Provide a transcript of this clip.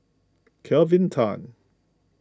Kelvin Tan